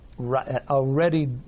Already